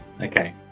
Okay